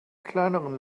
kleineren